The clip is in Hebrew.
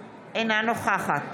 אינו נוכח מירב בן ארי,